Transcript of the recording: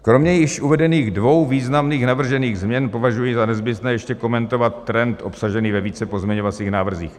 Kromě již uvedených dvou významných navržených změn považuji za nezbytné ještě komentovat trend obsažený ve více pozměňovacích návrzích.